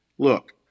look